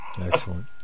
Excellent